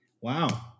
Wow